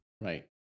Right